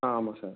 ஆ ஆமாம் சார்